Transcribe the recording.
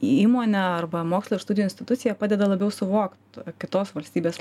įmone arba mokslo ir studijų institucija padeda labiau suvokt kitos valstybės